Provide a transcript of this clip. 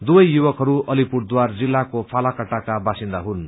दुवै युवकहरू अलिपुरद्वार जिल्लाको फालाकाटाका वासिन्दा हुन्